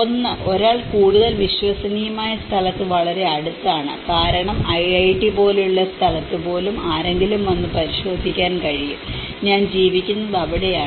ഒന്ന് ഒരാൾ കൂടുതൽ വിശ്വസനീയമായ സ്ഥലത്ത് വളരെ അടുത്താണ് കാരണം ഐഐടി പോലുള്ള സ്ഥലത്ത് പോലും ആരെങ്കിലും വന്ന് പരിശോധിക്കാൻ കഴിയും ഞാൻ ജീവിക്കുന്നത് അവിടെയാണ്